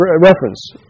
reference